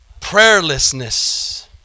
prayerlessness